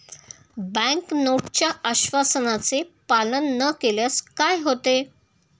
Bank नोटच्या आश्वासनाचे पालन न केल्यास काय होते?